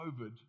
COVID